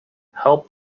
help